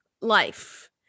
life